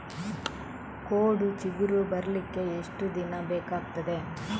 ಕೋಡು ಚಿಗುರು ಬರ್ಲಿಕ್ಕೆ ಎಷ್ಟು ದಿನ ಬೇಕಗ್ತಾದೆ?